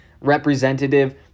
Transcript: representative